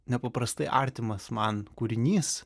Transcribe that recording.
nepaprastai artimas man kūrinys